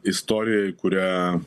istorijoj kurią